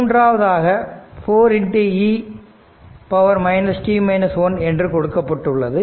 மூன்றாவதாக 4e என்று கொடுக்கப்பட்டுள்ளது